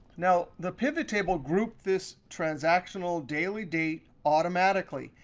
now, the pivottable grouped this transactional daily date automatically.